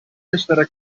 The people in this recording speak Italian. essere